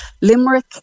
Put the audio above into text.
Limerick